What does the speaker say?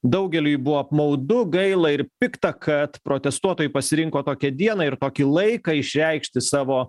daugeliui buvo apmaudu gaila ir pikta kad protestuotojai pasirinko tokią dieną ir tokį laiką išreikšti savo